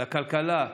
לכלכלה,